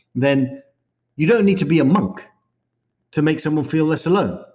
then you don't need to be a monk to make someone feel less alone.